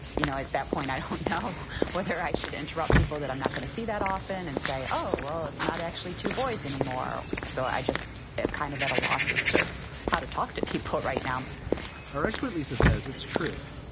you know, at that point, i don't know whether i should interrupt people that i'm not going to see that often and say, oh, it's not actually two boys anymore. so i just kind of at a loss as to how to talk to people right now our expert, lisa, says it's true,